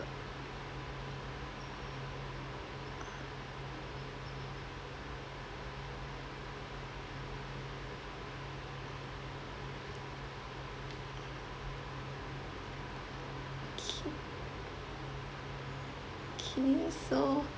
okay K so